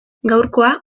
gaurkoa